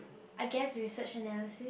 I guess research analysis